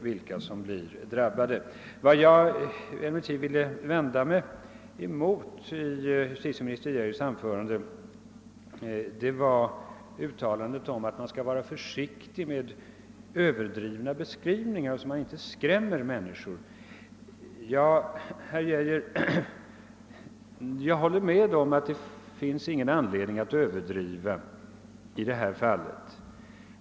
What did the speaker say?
Vad jag emellertid vill vända mig emot i justitieminister Geijers anförande är hans uttalande om att vi bör vara försiktiga med överdrivna beskrivningar av brottsligheten så att inte människor blir skrämda. Jag håller med herr Geijer om att det inte finns någon anledning att överdriva i detta fall.